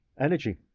Energy